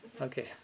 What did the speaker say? Okay